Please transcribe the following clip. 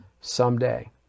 someday